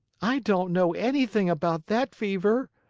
i don't know anything about that fever,